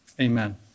Amen